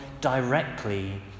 directly